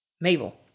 Mabel